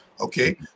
Okay